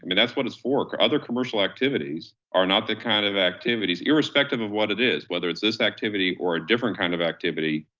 mean, that's what it's for other commercial activities are not the kind of activities, irrespective of what it is, whether it's this activity or a different kind of activity,